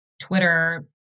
Twitter